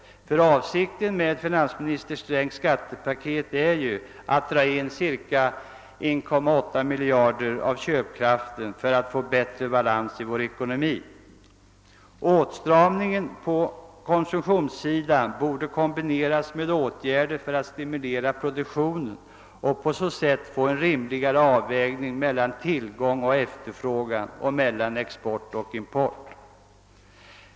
Avsikten med finansminister Strängs skattepaket är ju att dra in 1800 miljoner kronor av köpkraften för att få bättre balans i ekonomin. Åtstramningen på konsumentsidan borde kombineras med åtgärder för att stimulera produktionen så att vi får en rimligare avvägning mellan tillgång och efterfrågan och mellan export och import.